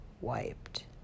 wiped